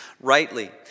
rightly